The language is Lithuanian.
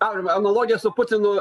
aurimai analogija su putinu